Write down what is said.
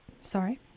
sorry